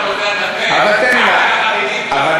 למה אף אחד לא פותח את הפה, רק על החרדים?